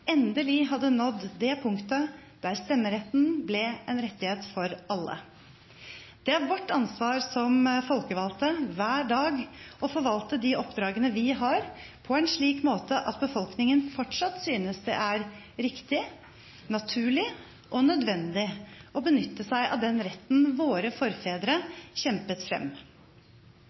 hadde nådd det punktet der stemmeretten ble en rettighet for alle. Det er vårt ansvar som folkevalgte hver dag å forvalte de oppdragene vi har, på en slik måte at befolkningen fortsatt synes det er riktig, naturlig og nødvendig å benytte seg av den retten våre forfedre kjempet frem.